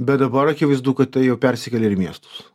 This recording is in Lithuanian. bet dabar akivaizdu kad tai jau persikėlė ir į miestus